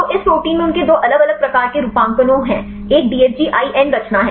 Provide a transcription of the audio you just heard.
तो इस प्रोटीन में उनके दो अलग अलग प्रकार के रूपांकनों motifs हैं एक DFG IN रचना है